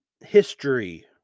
history